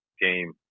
game